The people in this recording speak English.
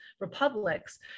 republics